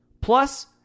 Plus